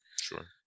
Sure